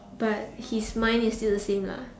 but his mind is still the same lah